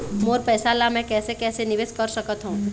मोर पैसा ला मैं कैसे कैसे निवेश कर सकत हो?